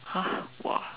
!huh! !wah!